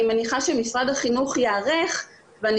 אני מניחה שמשרד החינוך ייערך ואני